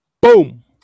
Boom